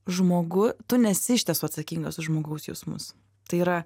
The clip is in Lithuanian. žmogu tu nesi iš tiesų atsakingas už žmogaus jausmus tai yra